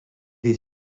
est